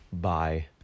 Bye